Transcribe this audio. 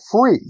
free